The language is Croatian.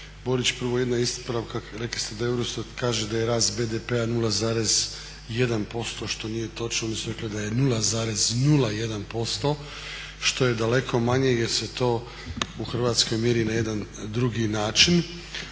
Borić, prvo jedna ispravka. Rekli ste da EUROSTAT kaže da je rast BDP-a 0,1% što nije točno. Oni su rekli da je 0,01% što je daleko manje jer se to u Hrvatskoj mjeri na jedan drugi način,